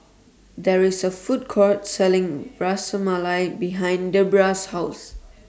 There IS A Food Court Selling Ras Malai behind Debbra's House